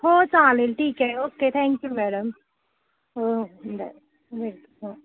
हो चालेल ठीक आहे ओके थँक्यू मॅडम हो बरं भेटू हो